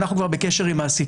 אנחנו כבר בקשר עם מעסיקים,